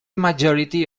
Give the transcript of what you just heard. majority